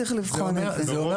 צריך לבחון את זה.